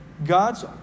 God's